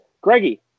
greggy